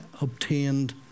obtained